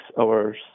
Hours